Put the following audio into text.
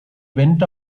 went